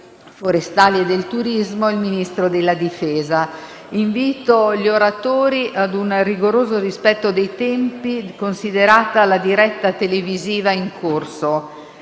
forestali e del turismo e il Ministro della difesa. Invito gli oratori ad un rigoroso rispetto dei tempi, considerata la diretta televisiva in corso.